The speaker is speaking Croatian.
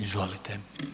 Izvolite.